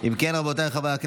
להעביר את